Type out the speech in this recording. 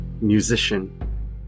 musician